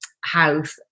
house